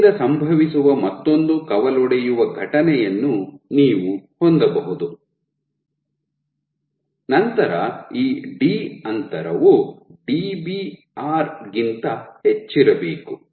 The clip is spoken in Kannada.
ಇಲ್ಲಿಂದ ಸಂಭವಿಸುವ ಮತ್ತೊಂದು ಕವಲೊಡೆಯುವ ಘಟನೆಯನ್ನು ನೀವು ಹೊಂದಬಹುದು ನಂತರ ಈ ಡಿ ಅಂತರವು ಡಿಬಿಆರ್ ಗಿಂತ ಹೆಚ್ಚಿರಬೇಕು